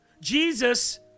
Jesus